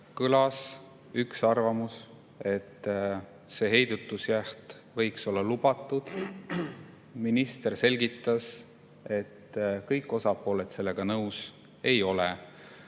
Kõlas üks arvamus, et see heidutus võiks olla lubatud. Minister selgitas, et kõik osapooled sellega nõus ei ole.